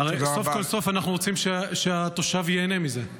הרי סוף כל סוף אנחנו רוצים שהתושב ייהנה מזה.